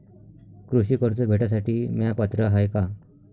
कृषी कर्ज भेटासाठी म्या पात्र हाय का?